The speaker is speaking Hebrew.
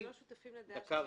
אתם לא שותפים לדעה שזה לא חוקי?